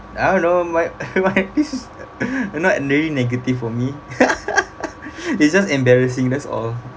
I don't know my my not really negative for me they're just embarrassing that's all